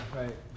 right